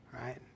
right